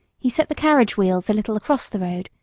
he set the carriage wheels a little across the road,